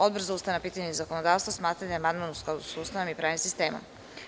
Odbor za ustavna pitanja i zakonodavstvo smatra da je amandman u skladu sa Ustavom i pravnim sistemom.